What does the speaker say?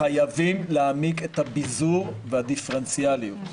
חייבים להעמיק את הביזור והדיפרנציאליות.